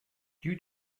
due